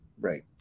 right